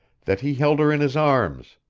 that he held her in his arms,